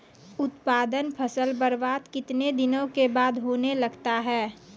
उत्पादन फसल बबार्द कितने दिनों के बाद होने लगता हैं?